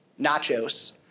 Nachos